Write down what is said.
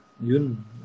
yun